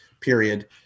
period